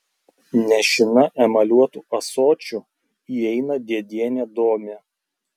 nešina emaliuotu ąsočiu įeina dėdienė domė